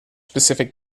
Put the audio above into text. specific